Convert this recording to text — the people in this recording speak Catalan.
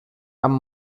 amb